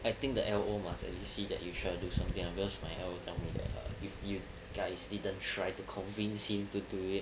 I think the L_O must at least see that you'll try to do something because my L_O tell me that err if you guys didn't try to convince him to do it